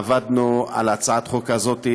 אנחנו עבדנו על הצעת החוק הזאת,